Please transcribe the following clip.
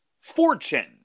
Fortune